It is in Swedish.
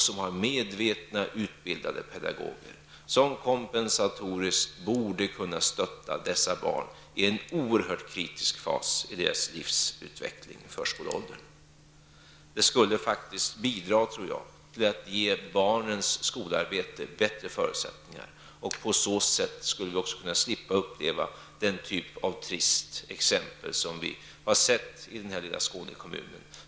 Den har medvetna utbildade pedagoger som kompensatoriskt borde kunna stötta dessa barn i en oerhört kritisk fas i deras livsutveckling -- förskoleåldern. Jag tror att det skulle bidra till att ge barnens skolarbete bättre förutsättningar. Vi skulle också på så sätt kunna slippa uppleva den typ av trista exempel som vi har sett i den här lilla Skånekommunen.